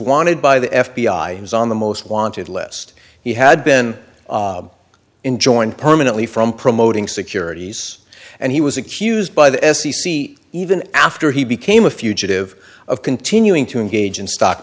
wanted by the f b i was on the most wanted list he had been enjoined permanently from promoting securities and he was accused by the f c c even after he became a fugitive of continuing to engage in stock